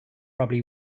probably